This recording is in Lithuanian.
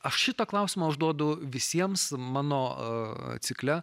aš šitą klausimą užduodu visiems mano cikle